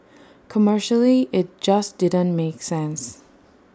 commercially IT just didn't make sense